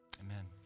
Amen